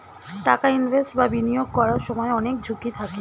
টাকা ইনভেস্ট বা বিনিয়োগ করার সময় অনেক ঝুঁকি থাকে